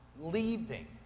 leaving